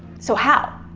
so how?